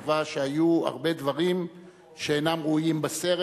קבע שהיו הרבה דברים שאינם ראויים בסרט.